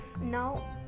now